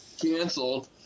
canceled